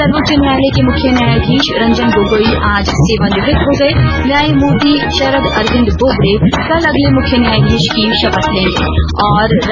सर्वोच्च न्यायालय के मुख्य न्यायाधीश रंजन गोगोई आज सेवानिवृत्त हो गये न्यायामूर्ति शरद अरविन्द बोबडे कल अगले मुख्य न्यायाधीश पद की शपथ लेंगे